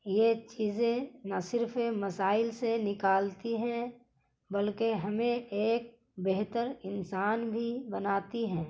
یہ چیزیں نہ صرف مسائل سے نکالتی ہیں بلکہ ہمیں ایک بہتر انسان بھی بناتی ہیں